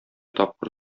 тапкыр